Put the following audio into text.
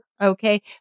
Okay